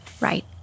Right